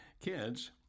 kids